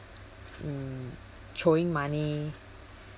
mm throwing money